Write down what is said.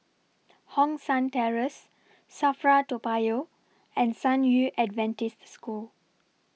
Hong San Terrace SAFRA Toa Payoh and San Yu Adventist School